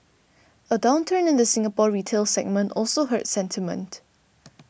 a downturn in the Singapore retail segment also hurt sentiment